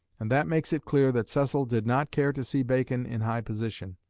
and that makes it clear that cecil did not care to see bacon in high position.